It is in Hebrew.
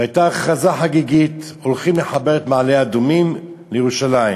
והייתה הכרזה חגיגית: הולכים לחבר את מעלה-אדומים לירושלים.